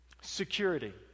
Security